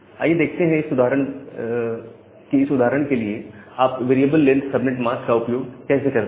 आइए देखते हैं कि इस उदाहरण के लिए आप वेरिएबल लेंथ सबनेट मास्क का उपयोग कैसे करते हैं